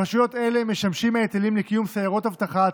ברשויות אלה משמשים ההיטלים לקיום סיירות אבטחה,